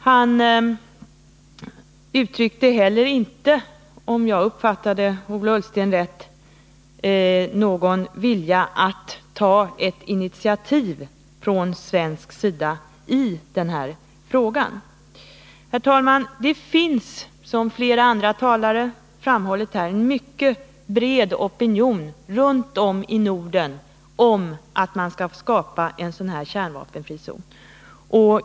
Om jag uppfattade Ola Ullsten rätt uttryckte han heller inte någon vilja att ta initiativ från svensk sida i den här frågan. Herr talman! Det finns, som flera andra talare framhållit här, en mycket bred opinion runt om i Norden för att man skall skapa en kärnvapenfri zon.